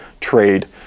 trade